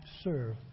serve